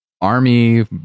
army